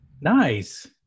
Nice